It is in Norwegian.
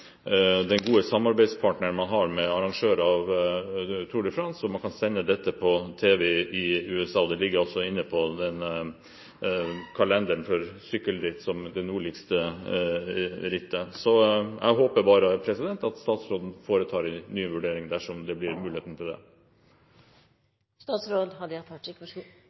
den gode samarbeidspartneren, arrangører av Tour de France, og at man kan sende dette på tv i USA. Det ligger inne i kalenderen for sykkelritt som det nordligste rittet. Jeg håper at statsråden foretar en ny vurdering dersom det blir